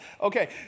Okay